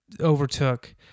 overtook